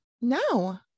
No